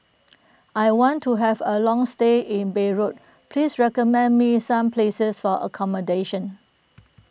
I want to have a long stay in Beirut please recommend me some places for accommodation